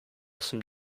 some